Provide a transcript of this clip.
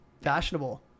fashionable